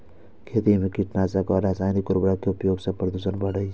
खेती मे कीटनाशक आ रासायनिक उर्वरक के उपयोग सं प्रदूषण बढ़ै छै